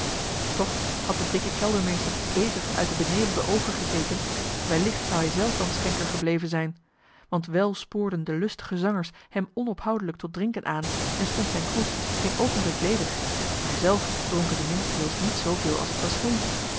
toch had de dikke keldermeester beter uit de benevelde oogen gekeken wellicht zou hij zelf dan schenker gebleven zijn want wel spoorden de lustige zangers hem onophoudelijk tot drinken aan en stond zijn kroes geen oogenblik ledig maar zelf dronken de minstreels niet zooveel als het wel